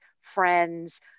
friends